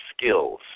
skills